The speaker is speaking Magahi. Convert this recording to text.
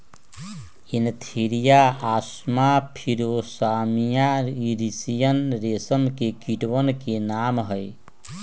एन्थीरिया असामा फिलोसामिया रिसिनी रेशम के कीटवन के नाम हई